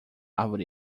árvore